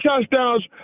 touchdowns